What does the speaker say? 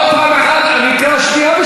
חברת הכנסת שולי מועלם,